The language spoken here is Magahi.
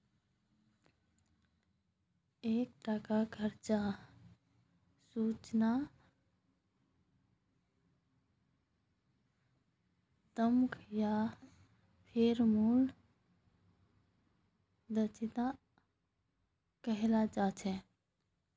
एक टाक चर्चा सूचनात्मक या फेर मूल्य दक्षता कहाल जा छे